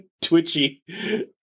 twitchy